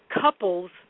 couples